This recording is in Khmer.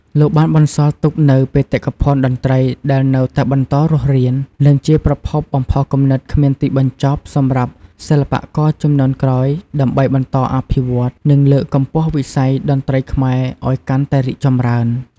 លោកបានបន្សល់ទុកនូវបេតិកភណ្ឌតន្ត្រីដែលនៅតែបន្តរស់រាន និងជាប្រភពបំផុសគំនិតគ្មានទីបញ្ចប់សម្រាប់សិល្បករជំនាន់ក្រោយ ដើម្បីបន្តអភិវឌ្ឍ និងលើកកម្ពស់វិស័យតន្ត្រីខ្មែរឱ្យកាន់តែរីកចម្រើន ។